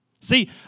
See